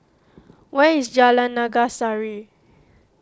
where is Jalan Naga Sari